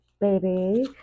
baby